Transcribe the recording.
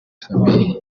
famille